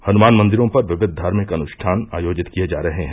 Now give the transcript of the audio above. हनुमान मंदिरों पर विविध धार्मिक अनुष्ठान आयोजित किये जा रहे हैं